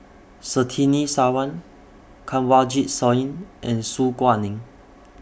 Surtini Sarwan Kanwaljit Soin and Su Guaning